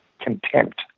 contempt